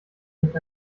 nicht